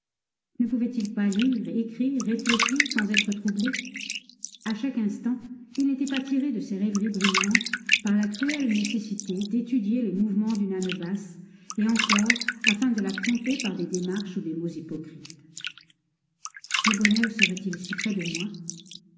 ne pouvait-il pas lire écrire réfléchir sans être troublé a chaque instant il n'était pas tiré de ses rêveries brillantes par la cruelle nécessité d'étudier les mouvements d'une âme basse et encore afin de la tromper par des démarches ou des mots hypocrites le bonheur serait-il si près de moi